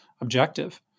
objective